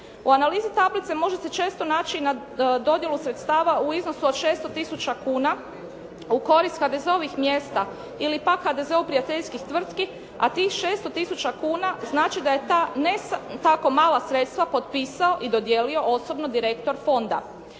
U analizi tablice može se često naći i na dodjelu sredstava u iznosu od 600 tisuća kuna u korist HDZ-ovih mjesta ili pak HDZ-u prijateljskih tvrtki a tih 600 tisuća kuna znači da je ta ne tako mala sredstva potpisao i dodijelio osobno direktor Fonda.